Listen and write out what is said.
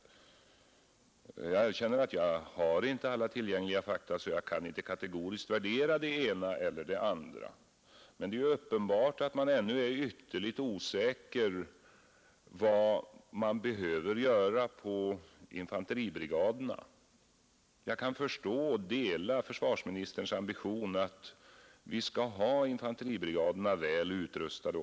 Jag erkänner att jag inte har tillgång till alla fakta, så jag kan inte kategoriskt värdera det ena eller det andra, men det är uppenbart att man ännu är ytterligt osäker om vad man behöver göra i fråga om infanteribrigaderna. Jag kan förstå och dela försvarsministerns ambition att vi skall ha infanteribrigaderna väl utrustade.